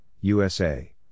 USA